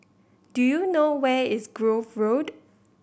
do you know where is Grove Road